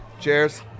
cheers